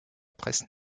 presse